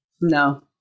No